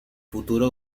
futuro